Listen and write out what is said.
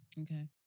Okay